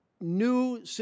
new